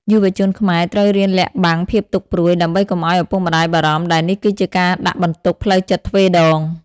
យុវជនខ្មែរត្រូវរៀនលាក់បាំងភាពទុក្ខព្រួយ ដើម្បីកុំឱ្យឪពុកម្តាយបារម្ភ ដែលនេះគឺជាការដាក់បន្ទុកផ្លូវចិត្តទ្វេដង។